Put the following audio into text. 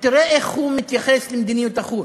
שתראה איך הוא מתייחס למדיניות החוץ,